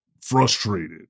frustrated